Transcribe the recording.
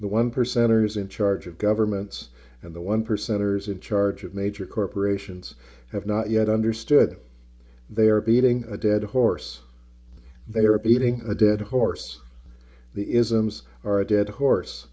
the one percenters in charge of governments and the one percenters in charge of major corporations have not yet understood they are beating a dead horse they are beating a dead horse the isms are a dead horse